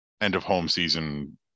end-of-home-season